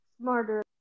smarter